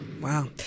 Wow